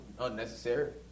unnecessary